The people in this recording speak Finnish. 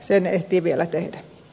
sen ehtii vielä tehdä